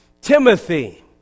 Timothy